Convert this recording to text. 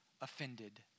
offended